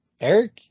Eric